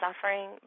suffering